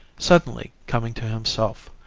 suddenly coming to himself,